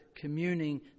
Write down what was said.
communing